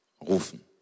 rufen